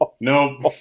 Nope